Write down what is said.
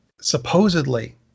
Supposedly